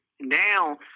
now